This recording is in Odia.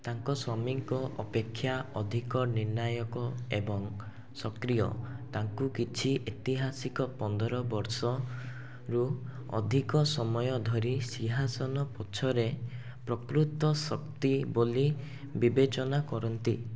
ତାଙ୍କ ସ୍ୱାମୀଙ୍କ ଅପେକ୍ଷା ଅଧିକ ନିର୍ଣ୍ଣାୟକ ଏବଂ ସକ୍ରିୟ ତାଙ୍କୁ କିଛି ଇତିହାସିକ ପନ୍ଦର ବର୍ଷ ରୁ ଅଧିକ ସମୟ ଧରି ସିଂହାସନ ପଛରେ ପ୍ରକୃତ ଶକ୍ତି ବୋଲି ବିବେଚନା କରନ୍ତି